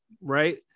right